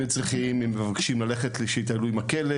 אם הם צריכים למשל שמישהו ילך לטייל עם הכלב,